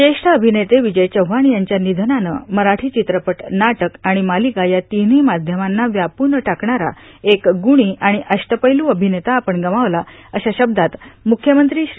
ज्येष्ठ अभिनेते विजय चव्हाण यांच्या निधनानं मराठी चित्रपट नाटक आणि मालिका या तिन्ही माध्यमांना व्यापून टाकणारा एक गुणी आणि अष्टपैलू अभिनेता आपण गमावला अशा शब्दांत मुख्यमंत्री श्री